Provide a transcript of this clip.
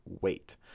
weight